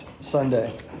Sunday